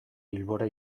bilbora